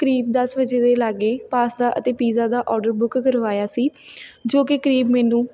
ਕਰੀਬ ਦਸ ਵਜੇ ਦੇ ਲਾਗੇ ਪਾਸਤਾ ਅਤੇ ਪੀਜ਼ਾ ਦਾ ਔਡਰ ਬੁੱਕ ਕਰਵਾਇਆ ਸੀ ਜੋ ਕਿ ਕਰੀਬ ਮੈਨੂੰ